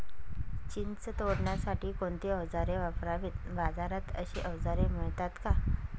चिंच तोडण्यासाठी कोणती औजारे वापरावीत? बाजारात अशी औजारे मिळतात का?